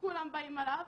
כולם באים עליו